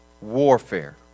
Warfare